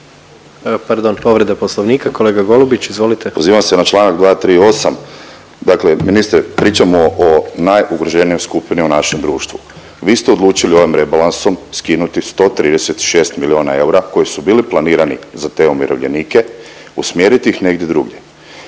Pardon, povreda Poslovnika kolega Golubić. Izvolite. **Golubić, Tomislav (SDP)** Pozivam se na članak 238. Dakle ministre pričamo o najugroženijoj skupini u našem društvu. Vi ste odlučili ovim rebalansom skinuti 136 milijona eura koji su bili planirani za te umirovljenike, usmjeriti ih negdje drugdje.